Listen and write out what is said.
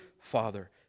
father